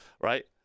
right